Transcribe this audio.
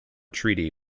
treaty